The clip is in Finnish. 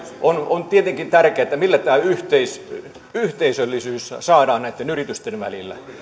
on on tietenkin tärkeää millä tämä yhteisöllisyys saadaan näitten yritysten